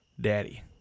daddy